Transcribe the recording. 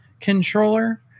controller